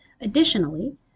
Additionally